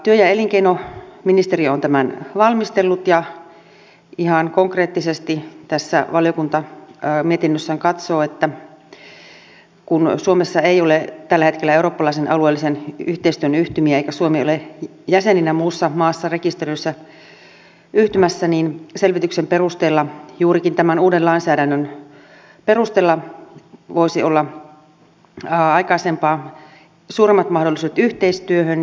työ ja elinkeinoministeriö on tämän valmistellut ja ihan konkreettisesti tässä valiokunta mietinnössään katsoo että kun suomessa ei ole tällä hetkellä eurooppalaisen alueellisen yhteistyön yhtymiä eikä suomi ole jäsenenä muussa maassa rekisteröidyssä yhtymässä niin selvityksen perusteella juurikin tämän uuden lainsäädännön perusteella voisi olla aikaisempaa suuremmat mahdollisuudet yhteistyöhön